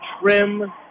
trim